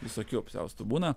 visokių apsiaustų būna